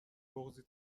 بغضی